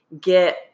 get